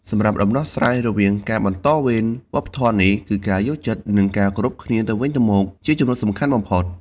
សម្រាប់ដំណោះស្រាយរវាងការបន្តវេនវប្បធម៌នេះ គឺការយល់ចិត្ត និងគោរពគ្នាទៅវិញទៅមក ជាចំណុចសំខាន់បំផុត។